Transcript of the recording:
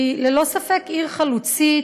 היא ללא ספק עיר חלוצית,